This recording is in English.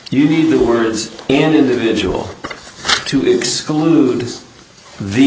you need the words an individual to exclude the